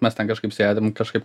mes ten kažkaip sėdim kažkaip